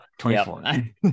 24